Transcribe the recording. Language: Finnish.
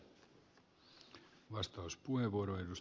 arvoisa puhemies